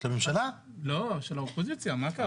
של האופוזיציה.